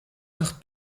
nach